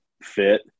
fit